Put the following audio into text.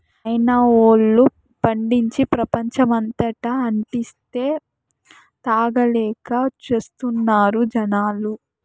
China వోల్లు పండించి, ప్రపంచమంతటా అంటిస్తే, తాగలేక చస్తున్నారు జనాలు